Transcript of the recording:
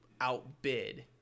outbid